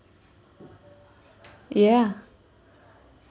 ya